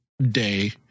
day